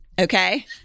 okay